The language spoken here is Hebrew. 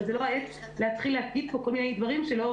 אבל זו לא העת להתחיל להפעיל פה כל מיני דברים שלא